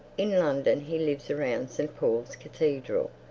in london he lives around st paul's cathedral.